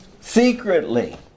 Secretly